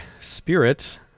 Spirit